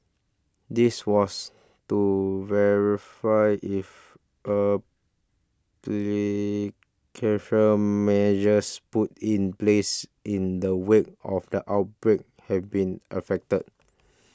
this was to verify if pre measures put in place in the wake of the outbreak have been effective